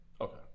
okay